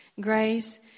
Grace